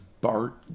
Bart